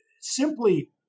simply